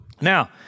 Now